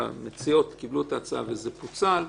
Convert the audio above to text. המציעות קיבלו את ההצעה וזה פוצל,